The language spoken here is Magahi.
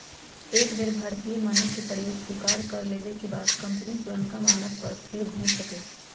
एक बेर भारतीय मानक के प्रयोग स्वीकार कर लेबेके बाद कंपनी पुरनका मानक पर फेर घुर सकै छै